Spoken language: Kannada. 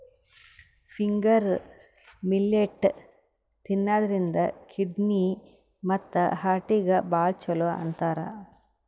ಫಿಂಗರ್ ಮಿಲ್ಲೆಟ್ ತಿನ್ನದ್ರಿನ್ದ ಕಿಡ್ನಿ ಮತ್ತ್ ಹಾರ್ಟಿಗ್ ಭಾಳ್ ಛಲೋ ಅಂತಾರ್